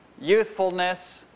youthfulness